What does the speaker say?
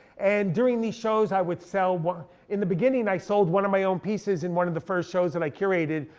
and during these shows i would sell, in the beginning i sold one of my own pieces in one of the first shows that i curated,